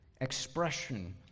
expression